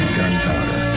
gunpowder